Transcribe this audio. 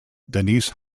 denise